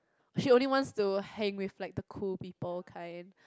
surely wants to hang with like the cool people kind